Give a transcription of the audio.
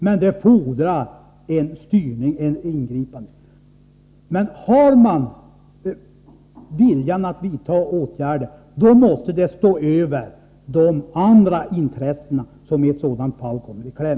Detta fordrar styrning och ingripanden, men har man viljan att vidta åtgärder måste den i ett sådant fall stå över de andra intressen som kan komma i kläm.